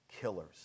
killers